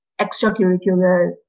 extracurricular